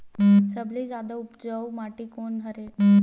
सबले जादा उपजाऊ माटी कोन हरे?